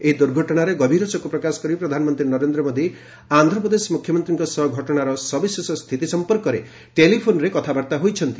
ଏହି ଦୁର୍ଘଟଣାରେ ଗଭୀର ଶୋକ ପ୍ରକାଶ କରି ପ୍ରଧାନମନ୍ତ୍ରୀ ନରେନ୍ଦ୍ର ମୋଦି ଆନ୍ଧ୍ରପ୍ରଦେଶ ମୁଖ୍ୟମନ୍ତ୍ରୀଙ୍କ ସହ ଘଟଣାର ସବିଶେଷ ସ୍ଥିତି ସମ୍ପର୍କରେ ଟେଲିଫୋନ୍ରେ କଥାବାର୍ତ୍ତା ହୋଇଛନ୍ତି